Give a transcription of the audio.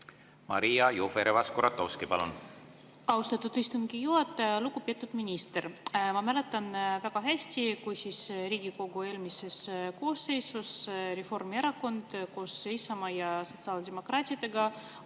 Maria Jufereva-Skuratovski, palun!